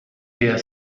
der